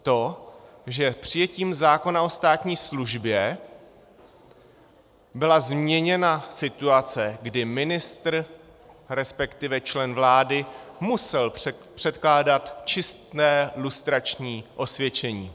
To, že přijetím zákona o státní službě byla změněna situace, kdy ministr, respektive člen vlády musel předkládat čisté lustrační osvědčení.